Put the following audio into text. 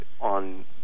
on